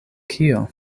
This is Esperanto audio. kio